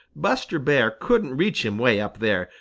buster bear couldn't reach him way up there,